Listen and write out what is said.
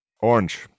Orange